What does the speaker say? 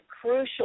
crucial